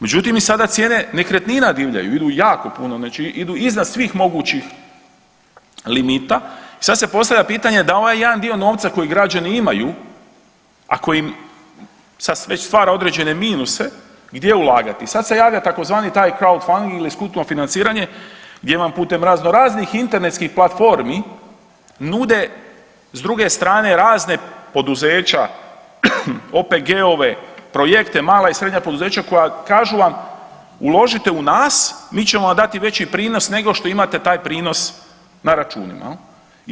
Međutim, i sada cijene nekretnina divljaju, idu jako puno, znači idu iznad svih mogućih limita i sad se postavlja pitanje da ovaj jedan dio novca koji građani imaju, ako im sad već stvara određene minuse, gdje ulagati i sad se javlja tzv. taj crowdfunding ili skupno financiranje gdje vam putem razno raznih internetskih platformi nude s druge strane, razne poduzeća, OPG-ove, projekte, mala i srednja poduzeća koja kažu vam, uložite u nas, mi ćemo vam dati veći prinos nego što imate taj prinos na računima, je li?